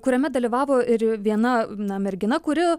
kuriame dalyvavo ir viena na mergina kuri